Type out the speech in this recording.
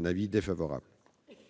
L'avis de